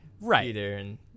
Right